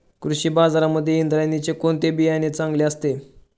कृषी बाजारांमध्ये इंद्रायणीचे कोणते बियाणे चांगले असते?